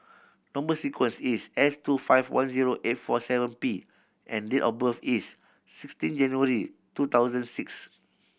number sequence is S two five one zero eight four seven P and date of birth is sixteen January two thousand six